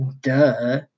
Duh